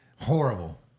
horrible